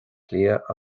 cliath